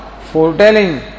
foretelling